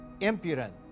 impudent